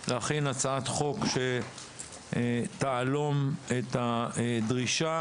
להכין הצעת חוק שתהלום את הדרישה,